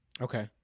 Okay